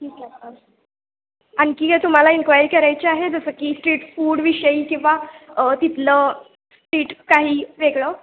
ठीक आहे आणखी तुम्हाला इन्क्वायरी करायची आहे जसं की स्ट्रीट फूडविषयी किंवा तिथलं स्ट्रीट काही वेगळं